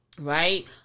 right